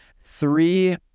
three